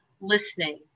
listening